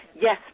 yes